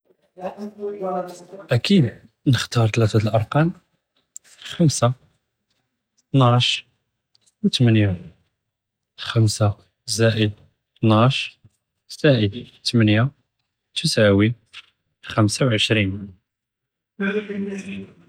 אקיד נכתאר תלאתה דאלארקאם، חמסה، תנאש، ו תמניה، חמסה זאאד תנאש، זאאד תמניה، תסאוי، חמסה ו עשרין.